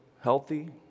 healthy